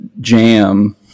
jam